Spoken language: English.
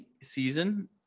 season